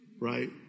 right